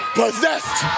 possessed